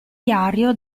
diario